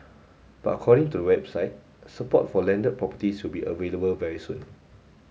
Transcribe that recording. but according to website support for landed properties will be available very soon